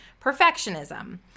perfectionism